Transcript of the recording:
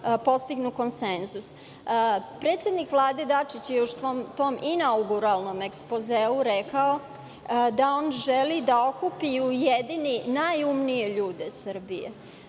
da postignu konsenzus. Predsednik Vlade Dačić je u svom tom inauguralnom ekspozeu rekao da on želi da okupi i ujedini najumnije ljude Srbije.